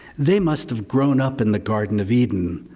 they must have grown up in the garden of eden,